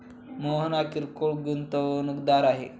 मोहन हा किरकोळ गुंतवणूकदार आहे